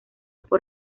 por